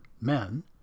Men